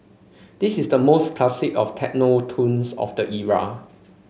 this is the most classic of techno tunes of the era